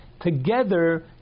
Together